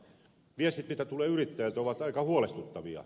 viestit mitä tulee yrittäjiltä ovat aika huolestuttavia